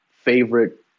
favorite